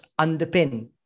underpin